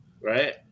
right